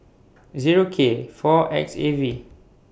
Zero K four X A V